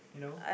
you know